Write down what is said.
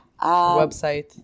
Website